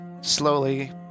slowly